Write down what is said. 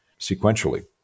sequentially